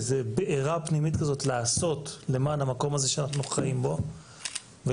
איזה בערה פנימית לעשות למען המקום הזה שאנחנו חיים בו ולכן